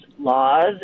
laws